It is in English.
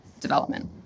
development